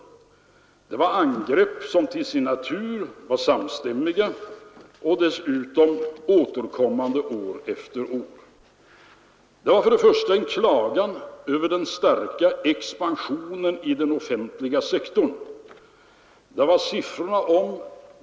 Det var angrepp som till sin natur var samstämmiga och dessutom återkom år efter år. För det första klagade man över den starka expansionen på den offentliga sektorn.